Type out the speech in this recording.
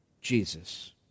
Jesus